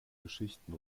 geschichten